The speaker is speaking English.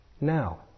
Now